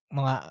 mga